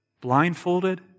blindfolded